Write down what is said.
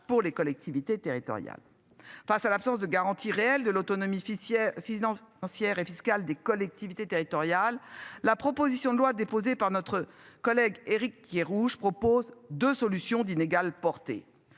pour les collectivités territoriales. Face à l'absence de garanties réelles de l'autonomie officiait finance. Sierre et fiscales des collectivités territoriales. La proposition de loi déposée par notre collègue Éric Kerrouche propose de solutions d'inégale portée